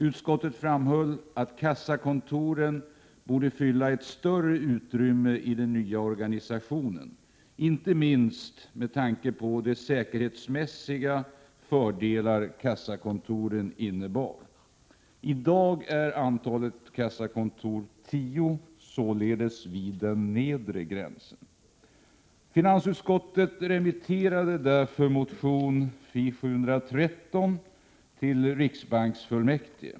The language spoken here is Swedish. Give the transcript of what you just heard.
Utskottet framhöll att kassakontoren borde fylla ett större utrymme i den nya organisationen. Detta gäller inte minst med tanke på de säkerhetsmässiga fördelar som kassakontoren innebär. I dag är antalet kassakontor tio. Antalet ligger således vid den nedre gränsen. Finansutskottet remitterade därför motion Fi713 till riksbanksfullmäktige.